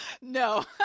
No